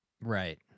right